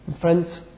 Friends